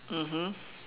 mmhmm